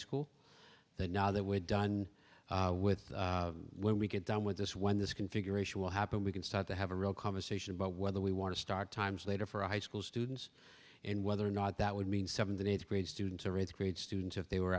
school that now that we're done with when we get done with this when this configuration will happen we can start to have a real conversation about whether we want to start times later for high school students and whether or not that would mean seventh and eighth grade students or eighth grade students if they were